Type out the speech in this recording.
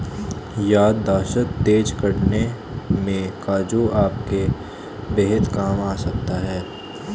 याददाश्त तेज करने में काजू आपके बेहद काम आ सकता है